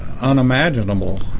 unimaginable